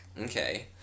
Okay